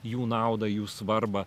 jų naudą jų svarbą